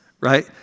right